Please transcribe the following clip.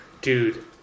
Dude